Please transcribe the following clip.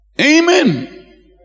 Amen